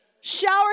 Shower